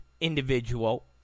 individual